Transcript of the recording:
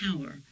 power